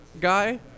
guy